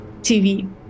TV